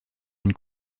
une